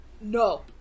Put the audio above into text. no